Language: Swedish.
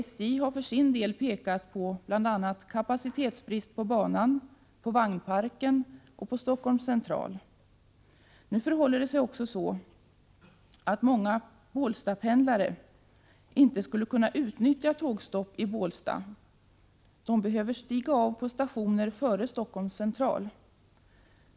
SJ har för sin del pekat på bl.a. kapacitetsbrist på banan, på vagnparken och på Stockholms central. Nu förhåller det sig också så att många Bålstapendlare inte skulle kunna utnyttja tågstopp i Bålsta. De behöver stiga av på stationer före Stockholms central.